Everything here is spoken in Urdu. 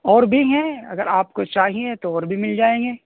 اور بھی ہیں اگر آپ کو چاہئیں تو اور بھی مل جائیں گے